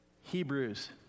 Hebrews